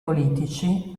politici